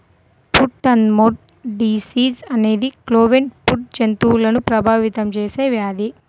foot and mouth disease అనేది cloven foot జంతువులను ప్రభావితం చేసే వ్యాధి